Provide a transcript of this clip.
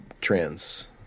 trans